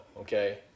Okay